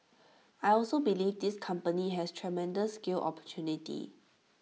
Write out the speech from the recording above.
I also believe this company has tremendous scale opportunity